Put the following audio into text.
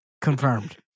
confirmed